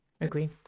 Agree